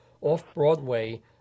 off-Broadway